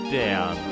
down